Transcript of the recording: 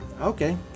Okay